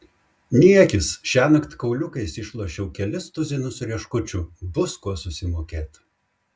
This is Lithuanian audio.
niekis šiąnakt kauliukais išlošiau kelis tuzinus rieškučių bus kuo susimokėt